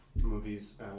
movies